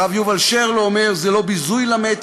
הרב יובל שרלו אומר: זה לא ביזוי למת,